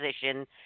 position